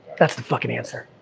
that's the fucking answer.